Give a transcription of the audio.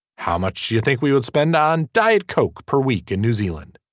how much do you think we would spend on diet coke per week in new zealand